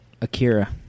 Akira